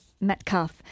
Metcalf